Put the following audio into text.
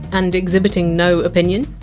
and exhibiting no opinion,